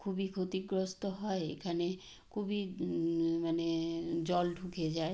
খুবই ক্ষতিগ্রস্ত হয় এখানে খুবই মানে জল ঢুকে যায়